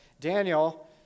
Daniel